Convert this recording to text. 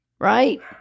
Right